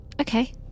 Okay